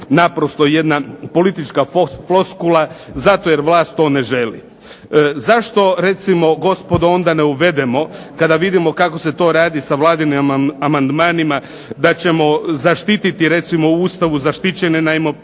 naprosto jedna politička floskula, zato jer vlast to ne želi. Zašto recimo gospodo onda ne uvedemo, kada vidimo kako se to radi sa Vladinim amandmanima, da ćemo zaštititi recimo u Ustavu zaštićene najmoprimce,